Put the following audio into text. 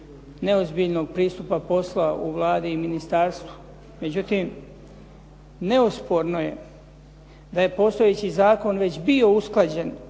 neozbiljnog pristupa posla u Vladi i ministarstvu. Međutim, neosporno je da je postojeći zakon već bio usklađen